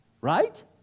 right